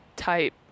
type